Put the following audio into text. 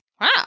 Wow